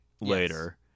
later